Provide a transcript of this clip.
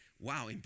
Wow